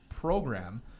program